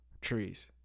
trees